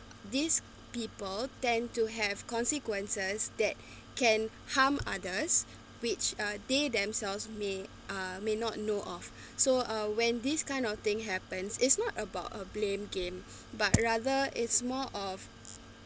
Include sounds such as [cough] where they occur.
these people tend to have consequences that [breath] can harm others which uh they themselves may uh may not know of so uh when this kind of thing happens it's not about a blame game [breath] but rather it's more of